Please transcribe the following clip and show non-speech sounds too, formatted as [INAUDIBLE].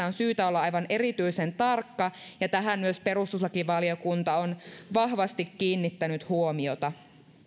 [UNINTELLIGIBLE] on syytä olla aivan erityisen tarkka ja tähän myös perustuslakivaliokunta on vahvasti kiinnittänyt huomiota